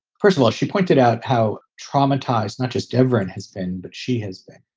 first of all, she pointed out how traumatized not just devon has been, but she has been.